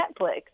Netflix